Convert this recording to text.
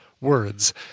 words